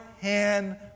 hand